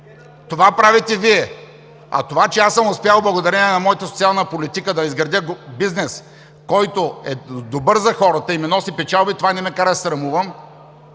Това правите Вие. А това, че аз съм успял, благодарение на моята социална политика, да изградя бизнес, който е добър за хората и ми носи печалби, това не ме кара да се срамувам.